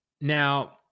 Now